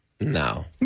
No